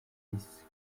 dix